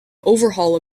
overhaul